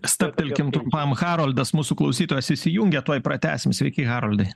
stabtelkim trumpam haroldas mūsų klausytojas įsijungia tuoj pratęsim sveiki haroldai